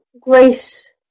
grace